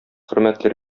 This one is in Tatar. хөрмәтле